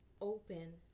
Open